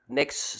next